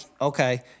okay